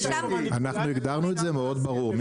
אנחנו הגדרנו את זה מאוד ברור,